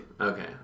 Okay